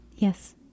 Yes